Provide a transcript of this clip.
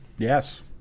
Yes